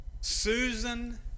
Susan